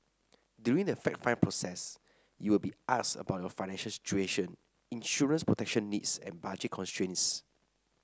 during the fact find process you will be asked about your financial situation insurance protection needs and budget constraints